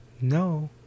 no